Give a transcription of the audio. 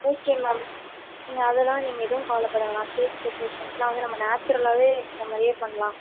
okay ma'am நீங்கள் அதெலாம் நீங்கள் எதுவும் கவலை படவேணா ஸ்டேஜ் டெக்ரேஷன்லாம் வந்து நம்ப நேச்சுரலாகவே இருக்கிற மாதிரியே பண்ணலாம்